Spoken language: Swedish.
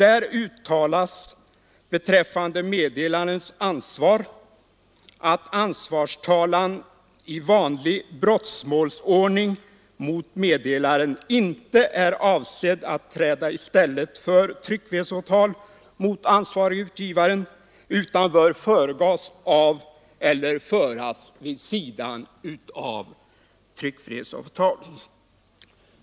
Där uttalas beträffande meddelares ansvar att ansvarstalan i vanlig brottmålsordning mot meddelaren inte är avsedd att träda i stället för tryckfrihetsåtal mot ansvarige utgivaren utan bör föregås eller föras vid sidan av tryckfrihetsåtal.